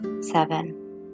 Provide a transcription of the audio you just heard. seven